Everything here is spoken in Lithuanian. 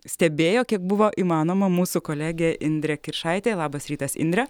stebėjo kiek buvo įmanoma mūsų kolegė indrė kiršaitė labas rytas indre